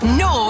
no